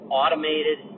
automated